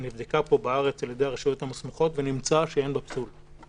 היא נבדקה בארץ על-ידי הרשויות המוסמכות ונמצא שאין בה פסול.